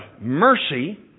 mercy